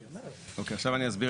אוקיי, עכשיו אני אסביר.